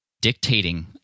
dictating